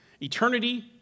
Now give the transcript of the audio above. eternity